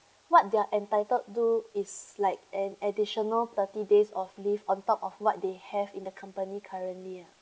what they're entitled to is like an additional thirty days of leave on top of what they have in the company currently ah